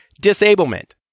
disablement